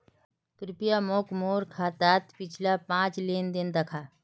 कृप्या मोक मोर खातात पिछला पाँच लेन देन दखा